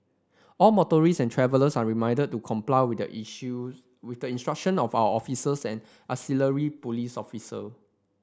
all motorists and travellers are reminded to comply with the issues with the instruction of our officers and auxiliary police officer